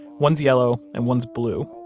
one's yellow and one's blue.